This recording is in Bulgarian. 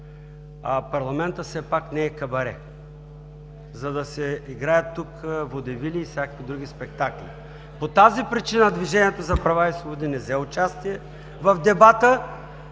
Парламентът все пак не е кабаре, за да се играят тук водевили и всякакви други спектакли. По тази причина „Движението за права и свободи“ не взе участие в дебата,